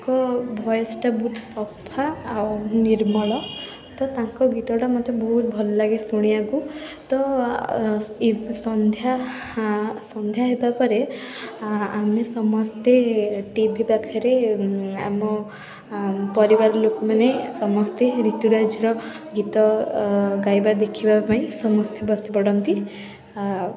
ତାଙ୍କ ଭଏସ୍ଟା ବହୁତ ସଫା ଆଉ ନିର୍ମଳ ତ ତାଙ୍କ ଗୀତଟା ମୋତେ ବହୁତ୍ ଭଲ ଲାଗେ ଶୁଣିବାକୁ ତ ସନ୍ଧ୍ୟା ଆ ସନ୍ଧ୍ୟା ହେବାପରେ ଆ ଆମେ ସମସ୍ତେ ଟି ଭି ପାଖରେ ଆମ ପରିବାର ଲୋକମାନେ ସମସ୍ତେ ରିତୁରାଜର ଗୀତ ଗାଇବା ଦେଖିବାପାଇଁ ସମସ୍ତେ ବସିପଡ଼ନ୍ତି ଆଉ